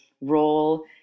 role